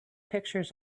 pictures